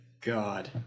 God